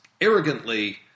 arrogantly